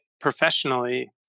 professionally